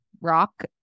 rock